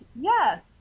yes